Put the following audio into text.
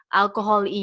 alcohol